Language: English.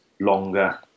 longer